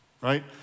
right